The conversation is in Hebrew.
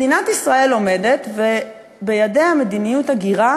מדינת ישראל עומדת ובידיה מדיניות הגירה